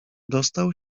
dostał